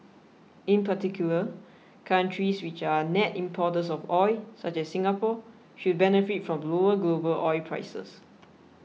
in particular countries which are net importers of oil such as Singapore should benefit from lower global oil prices